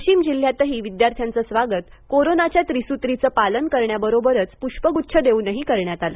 वाशिम जिल्ह्यातही विद्यार्थ्यांचं स्वागत कोरोनाच्या त्रिसूत्रीचे पालन करण्याबरोबरच प्रष्प गुच्छ देऊनही करण्यात आलं